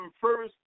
first